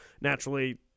naturally